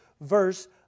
verse